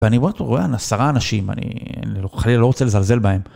ואני רואה עשרה אנשים, אני לא רוצה לזלזל בהם.